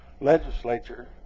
legislature